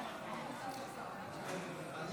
בעד,